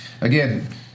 again